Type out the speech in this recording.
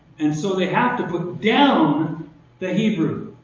and so they have to put down the hebrew.